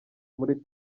muri